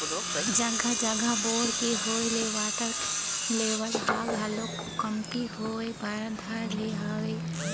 जघा जघा बोर के होय ले वाटर लेवल ह घलोक कमती होय बर धर ले हवय